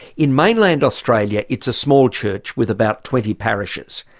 in mainland australia it's a small church with about twenty parishes,